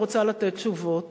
אני רוצה לתת תשובות.